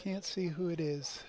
can't see who it is